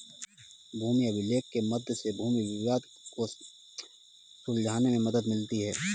भूमि अभिलेख के मध्य से भूमि विवाद को सुलझाने में मदद मिलती है